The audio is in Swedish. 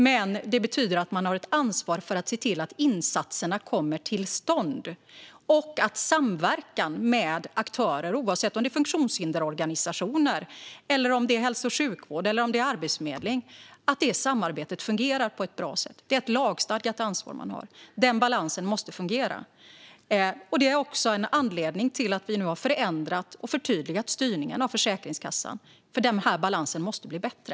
Men det betyder att man har ett ansvar för att se till att insatserna kommer till stånd och att samverkan och samarbete med olika aktörer fungerar på ett bra sätt, oavsett om det gäller funktionshindersorganisationer, hälso och sjukvård eller arbetsförmedling. Det är ett lagstadgat ansvar man har. Den balansen måste fungera. Det är också en anledning till att vi nu har förändrat och förtydligat styrningen av Försäkringskassan; den här balansen måste bli bättre.